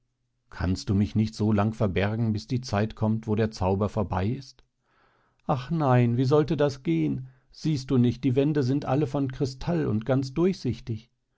kannst du mich nicht so lang verbergen bis die zeit kommt wo der zauber vorbei ist ach nein wie sollte das gehen siehst du nicht die wände sind alle von kristall und ganz durchsichtig